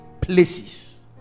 places